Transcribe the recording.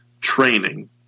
training